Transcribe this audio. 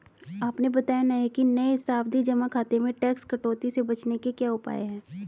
आपने बताया नहीं कि नये सावधि जमा खाते में टैक्स कटौती से बचने के क्या उपाय है?